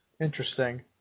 Interesting